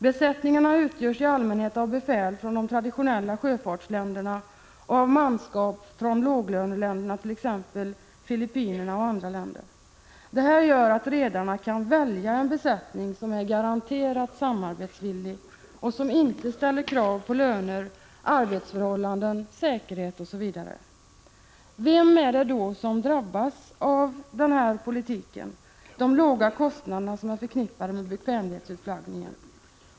Besättningarna utgörs i allmänhet av befäl från de traditionella sjöfartsländerna, medan manskapet kommer från låglöneländer som t.ex. Filippinerna och andra länder. Detta gör att redarna kan välja en besättning som är garanterat samarbetsvillig och som inte ställer krav när det gäller löner, arbetsförhållanden, säkerhet, osv. Vem är det då som drabbas av denna politik och av de låga kostnader som är förknippade med bekvämlighetsutflaggningen?